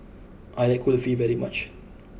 I like Kulfi very much